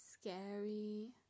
scary